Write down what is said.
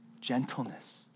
gentleness